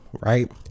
right